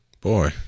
Boy